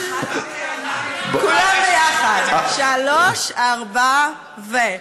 כולם ביחד, שלוש, ארבע ו: